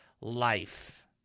life